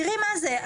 תראי מה זה,